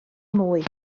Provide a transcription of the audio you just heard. mwy